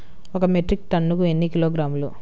ఒక మెట్రిక్ టన్నుకు ఎన్ని కిలోగ్రాములు?